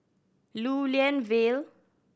Lew Lian Vale